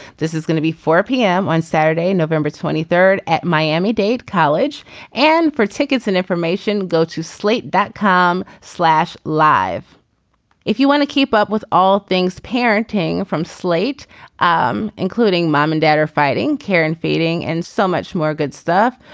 this is gonna be four p m. on saturday november twenty third at miami dade college and for tickets and information go to slate that com slash live if you want to keep up with all things parenting from slate um including mom and dad are fighting care and feeding and so much more good stuff.